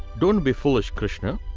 don't be foolish, krishna.